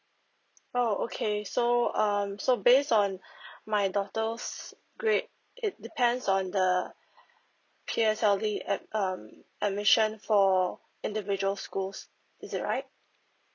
oh okay so um so based on my daughter's grade it depends on the P_S_L_E's ad um admission for individual schools is it right